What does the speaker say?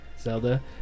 Zelda